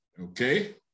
okay